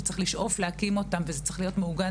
שצריך לשאוף להקים אותם וזה צריך להיות מעוגן